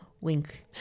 wink